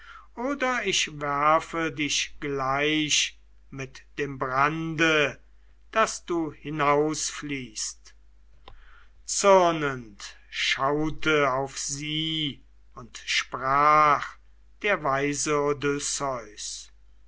oder ich werfe dich gleich mit dem brande daß du hinausfliehst zürnend schaute auf sie und sprach der weise